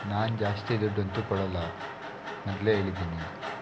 ನಾನು ಜಾಸ್ತಿ ದುಡ್ಡಂತೂ ಕೊಡೋಲ್ಲ ಮೊದಲೇ ಹೇಳಿದ್ದೀನಿ